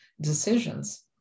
decisions